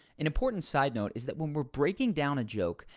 an important side note is that when we're breaking down a joke,